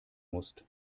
musst